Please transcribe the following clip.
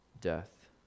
death